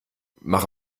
mach